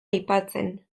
aipatzen